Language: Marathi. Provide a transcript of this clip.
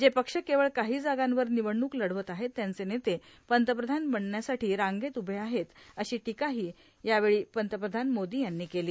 जे पक्ष केवळ काही जागांवर निवडणूक लढवत आहेत त्यांचे नेते पंतप्रधान बनण्यासाठी रांगेत उभे आहेत अशी टीकाही पंतप्रधान मोदी यांनी यावेळी केली